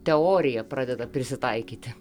teorija pradeda prisitaikyti